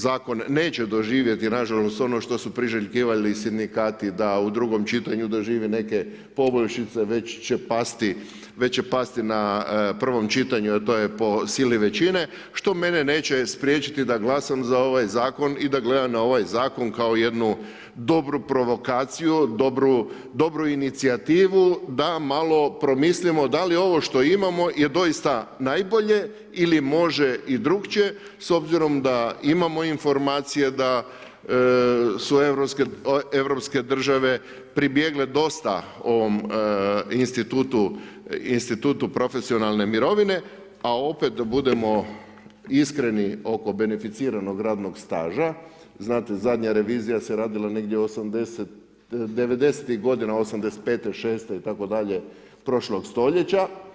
Zakon neće doživjeti nažalost, ono što su priželjkivali sindikati, da u 2 čitanju doživi neke poboljšice već će pasti na prvom čitanju, a to je po sili većine, što mene neće spriječiti da glasam za ovaj zakon i da gledam na ovaj zakon kao jednu dobru provokaciju, dobru inicijativu, da malo promislimo, da li je ovo što imamo je doista najbolje ili može i drugačije, s obzirom da imamo informacije, da su europske države pribjegle dosta ovom institut profesionalne mirovine, a opet da budemo ispravni oko beneficiranog radnog staža, znate zadnja revizija se radila negdje '90. g. '85., '86. itd. prošlog stoljeća.